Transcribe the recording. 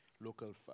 local